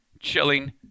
chilling